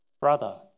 brother